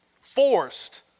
forced